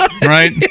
right